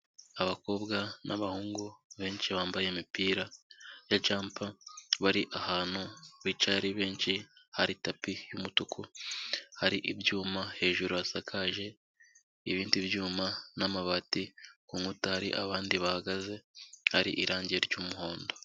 Abakobwa n'abahungu benshi bambaye imipira ya jampa, bari ahantu bicaye ari benshi, hari tapi y'umutuku, hari ibyuma, hejuru hasakaje ibindi byuma n'amabati, ku nkuta hari abandi bahagaze, hari irangi ry'muhondo.